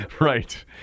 Right